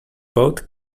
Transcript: boat